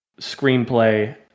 screenplay